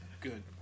good